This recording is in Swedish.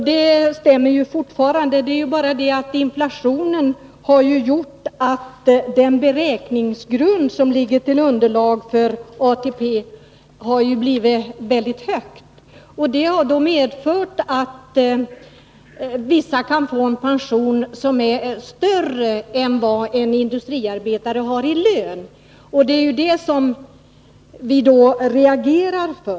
Det stämmer fortfarande. Men inflationen har gjort att beräkningsgrunden för ATP har stigit så att vissa människor kan få en pension som är större än vad en industriarbetare har i lön. Det är detta som vi reagerar mot.